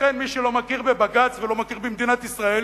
לכן, מי שלא מכיר בבג"ץ ולא מכיר במדינת ישראל